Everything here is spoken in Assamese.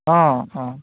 অঁ অঁ